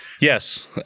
yes